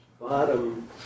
bottom